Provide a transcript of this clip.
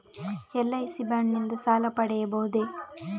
LIC bond ನಿಂದ ಸಾಲ ಪಡೆಯಬಹುದೇ?